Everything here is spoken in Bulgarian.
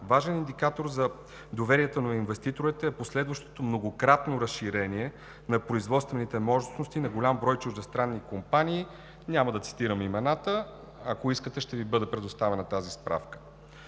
Важен индикатор за доверието на инвеститорите е последващото многократно разширение на производствените мощности на голям брой чуждестранни компании. Няма да цитирам имената им, ако искате, тази справка